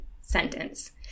sentence